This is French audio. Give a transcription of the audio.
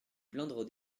plaindre